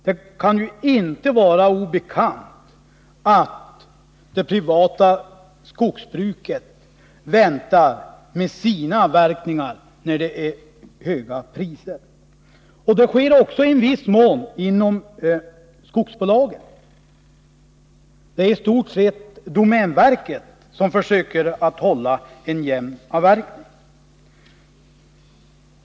Det kan ju inte vara obekant att det privata skogsbruket väntar med sina avverkningar tills priserna är höga. Så sker också i viss mån inom skogsbolagen. Det är i stort sett bara domänverket som försöker att hålla en jämn avverkning.